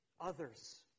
others